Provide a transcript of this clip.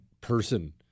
person